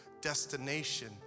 destination